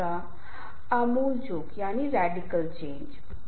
हमने बेटे और मां बेटी और मां पिता और बेटे को भी देखा है वे अदालत में जाते हैं